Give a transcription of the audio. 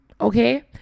Okay